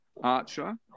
Archer